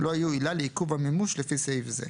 לא יהיו עילה לעיכוב המימוש לפי סעיף זה,